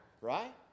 right